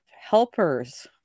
helpers